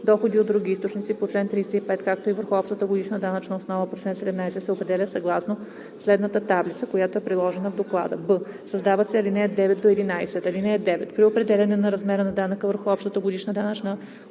доходи от други източници по чл. 35, както и върху общата годишна данъчна основа по чл. 17 се определя съгласно следната таблица, която е приложена в Доклада.“; б) създават се ал. 9 – 11: „(9) При определяне на размера на данъка върху общата годишна данъчна основа